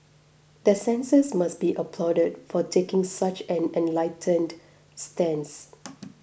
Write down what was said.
the censors must be applauded for taking such an enlightened stance